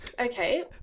Okay